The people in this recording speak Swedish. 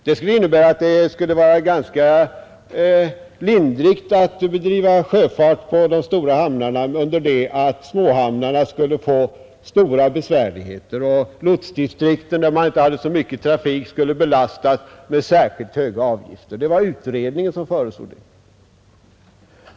Det skulle innebära att det skulle vara ganska lindrigt att bedriva sjöfart på de stora hamnarna, under det att småhamnarna skulle få stora besvärligheter, och lotsdistrikten där man inte har så mycket trafik skulle belastas med särskilt höga avgifter. Det var utredningen som föreslog detta.